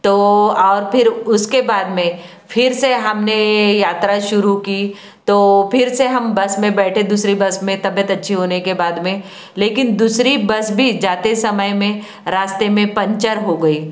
तो और फिर उसके बाद में फिर से हमने यात्रा शुरू की तो फिर से हम बस में बैठे दूसरी बस में तबियत अच्छी होने के बाद में लेकिन दूसरी बस भी जाते समय में रास्ते में पंचर हो गई